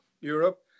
Europe